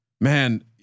man